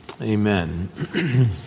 Amen